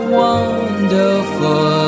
wonderful